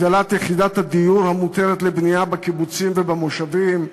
הגדלת יחידת הדיור המותרת לבנייה בקיבוצים ובמושבים,